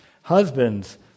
Husbands